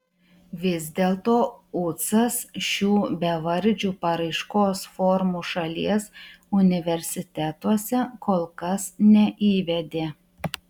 vis dėlto ucas šių bevardžių paraiškos formų šalies universitetuose kol kas neįvedė